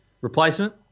replacement